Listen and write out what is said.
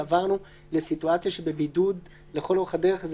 עברנו לסיטואציה שבבידוד לכל אורך הדרך זה